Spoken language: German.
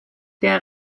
der